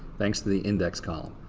thanks to the index column.